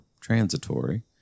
transitory